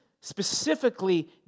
specifically